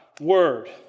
word